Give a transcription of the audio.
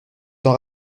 t’en